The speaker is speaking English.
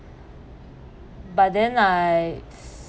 but then I